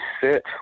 sit